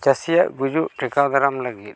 ᱪᱟᱹᱥᱤᱭᱟᱜ ᱜᱩᱡᱩᱜ ᱴᱮᱠᱟᱣ ᱫᱟᱨᱟᱢ ᱞᱟᱹᱜᱤᱫ